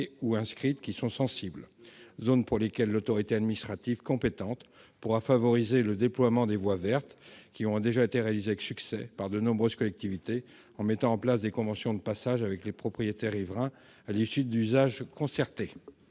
et/ou inscrites. Dans ces zones sensibles, l'autorité administrative compétente pourra favoriser le déploiement des voies vertes, qui ont déjà été réalisées avec succès par de nombreuses collectivités en mettant en place des conventions de passage avec les propriétaires riverains à l'issue d'échanges concertés.